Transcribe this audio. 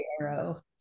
arrow